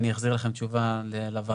אני אחזיר לכם תשובה לוועדה,